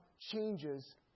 changes